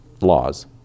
laws